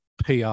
PR